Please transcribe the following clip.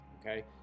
okay